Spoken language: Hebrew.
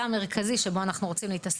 שבו אנחנו רוצים להתעסק,